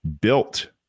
Built